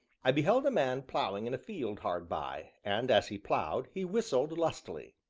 i beheld a man ploughing in a field hard by, and, as he ploughed, he whistled lustily.